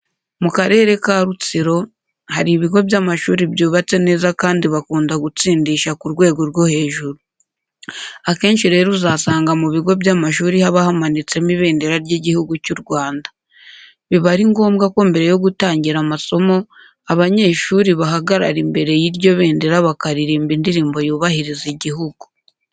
Mu Karere ka Rutsiro hari ibigo by'amashuri byubatse neza kandi bakunda gutsindisha ku rwego rwo hejuru. Akenshi rero uzasanga mu bigo by'amashuri haba hamanitsemo ibendera ry'Igihugu cy'u Rwanda. Biba ari ngombwa ko mbere yo gutangira amasomo abanyeshuri bahagarara imbere y'iryo bendera bakaririmba indirimbo yubahiriza igihugu.